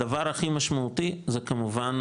הדבר הכי משמעותי זה כמובן,